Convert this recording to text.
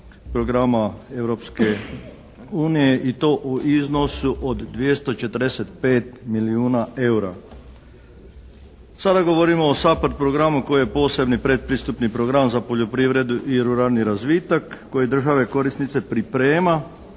unije i to u iznosu od 245 milijuna eura. Sada govorimo o SAPARD programu koji je posebni pretpristupni program za poljoprivredu i ruralni razvitak koje države korisnice priprema